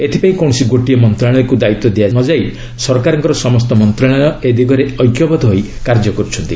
ଏଥିପାଇଁ କୌଣସି ଗୋଟିଏ ମନ୍ତ୍ରଣାଳୟକୁ ଦାୟିତ୍ୱ ଦିଆନଯାଇ ସରକାରଙ୍କର ସମସ୍ତ ମନ୍ତ୍ରଣାଳୟ ଏ ଦିଗରେ ଐକ୍ୟବଦ୍ଧ ହୋଇ କାର୍ଯ୍ୟ କରୁଛନ୍ତି